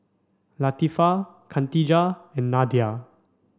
Latifa Khatijah and Nadia